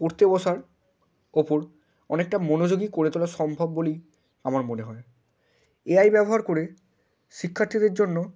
পড়তে বসার উপর অনেকটা মনোযোগী করে তোলা সম্ভব বলেই আমার মনে হয় এআই ব্যবহার করে শিক্ষার্থীদের জন্য